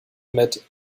mit